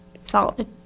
Solid